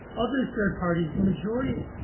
others third parties, the majority,